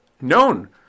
known